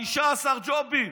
15 ג'ובים.